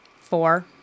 Four